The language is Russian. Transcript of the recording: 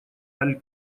аль